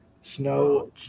snow